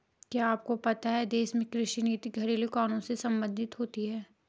क्या आपको पता है देश में कृषि नीति घरेलु कानूनों से सम्बंधित होती है?